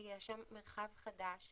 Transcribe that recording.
ויש שם מרחב חדש,